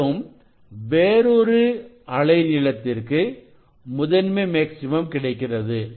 மேலும் வேறொரு அலை நீளத்திற்கு முதன்மை மேக்சிமம் கிடைக்கிறது